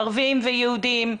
ערבים ויהודים,